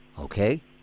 okay